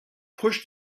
pushed